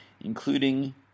including